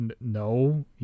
no